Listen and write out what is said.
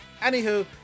anywho